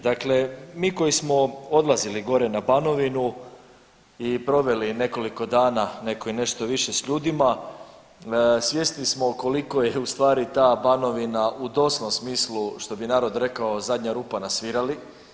Dakle mi koji smo odlazili gore na Banovinu i proveli nekoliko dana, netko i nešto više s ljudima, svjesni smo koliko je ustvari ta Banovina u doslovnom smislu, što bi narod rekao, zadnja rupa na svirali.